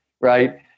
right